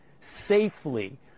safely